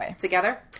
together